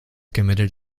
committed